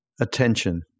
attention